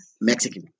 Mexican